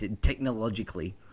technologically